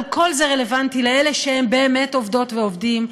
אבל כל זה רלוונטי לאלה שהם באמת עובדות ועובדים,